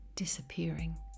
disappearing